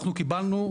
אנחנו קיבלנו,